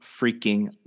freaking